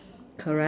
correct